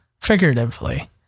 figuratively